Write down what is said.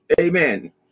Amen